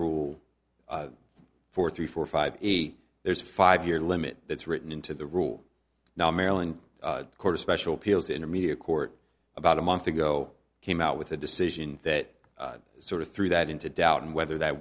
rule for three four five eight there's five year limit that's written into the rule now maryland quarter special peals intermediate court about a month ago came out with a decision that sort of threw that into doubt and whether that